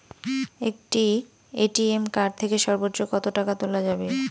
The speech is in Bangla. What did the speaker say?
একটি এ.টি.এম কার্ড থেকে সর্বোচ্চ কত টাকা তোলা যাবে?